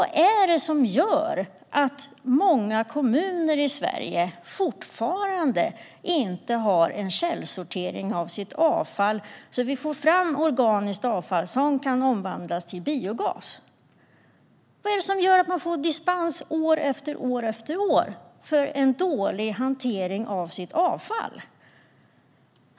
Vad är det som gör att många kommuner i Sverige fortfarande inte har källsortering av sitt avfall, så att vi får fram organiskt avfall som kan omvandlas till biogas? Vad är det som gör att man år efter år får dispens för en dålig hantering av sitt avfall?